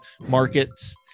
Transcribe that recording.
markets